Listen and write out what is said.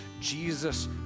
Jesus